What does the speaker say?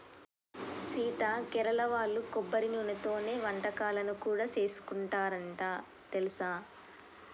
సీత కేరళ వాళ్ళు కొబ్బరి నూనెతోనే వంటకాలను కూడా సేసుకుంటారంట తెలుసా